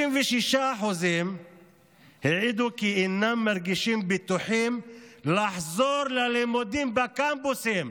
56% העידו כי אינם מרגישים בטוחים לחזור ללימודים בקמפוסים.